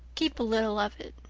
keep a little of it.